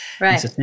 right